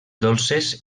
dolces